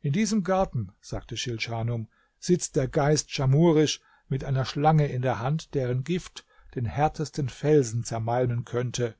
in diesem garten sagte schilschanum sitzt der geist schamhurisch mit einer schlange in der hand deren gift den härtesten felsen zermalmen könnte